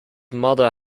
mother